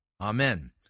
Amen